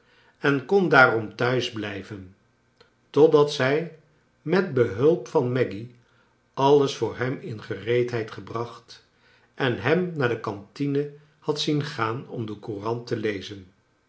en kon daarom thuis blijven totdat zij met behulp van maggy alles voor hem in gereedheid gebracht en hem naar de cantine had zien gaan om de courant te lezen